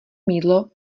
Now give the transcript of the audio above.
mýdlo